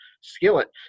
skillet